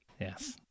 yes